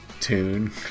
tune